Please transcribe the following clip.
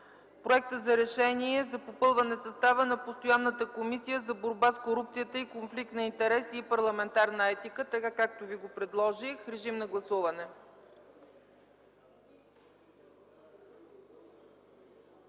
проект за Решение за попълване на състава на Постоянната комисия за борба с корупцията и конфликт на интереси и парламентарна етика, така както ви го предложих. Гласували